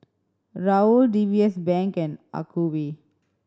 Raoul D B S Bank and Acuvue